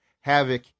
havoc